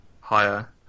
higher